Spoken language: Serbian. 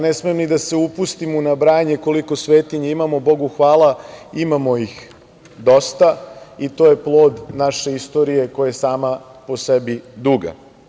Ne smem ni da se upustim u nabrajanje koliko svetinja imamo, Bogu hvala, imamo ih dosta i to je plod naše istorija koja je sama po sebi duga.